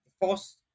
false